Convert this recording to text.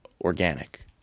organic